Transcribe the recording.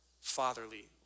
fatherly